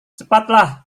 cepatlah